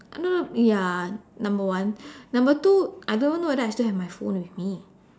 no no no ya number one number two I don't even know whether I still have my phone with me